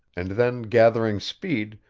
and then gathering speed,